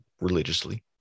religiously